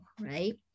right